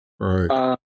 Right